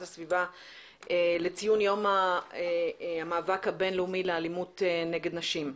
הסביבה לציון יום המאבק בין לאומי באלימות נגד נשים.